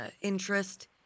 interest